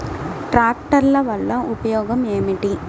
ట్రాక్టర్ల వల్ల ఉపయోగం ఏమిటీ?